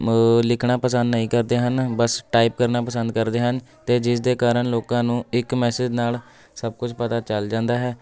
ਲਿਖਣਾ ਪਸੰਦ ਨਹੀਂ ਕਰਦੇ ਹਨ ਬਸ ਟਾਈਪ ਕਰਨਾ ਪਸੰਦ ਕਰਦੇ ਹਨ ਅਤੇ ਜਿਸ ਦੇ ਕਾਰਨ ਲੋਕਾਂ ਨੂੰ ਇੱਕ ਮੈਸੇਜ ਨਾਲ ਸਭ ਕੁਛ ਪਤਾ ਚੱਲ ਜਾਂਦਾ ਹੈ